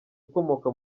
ukomoka